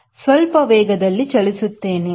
ನಾನ್ ಸ್ವಲ್ಪ ವೇಗದಲ್ಲಿ ಚಲಿಸುತ್ತೇನೆ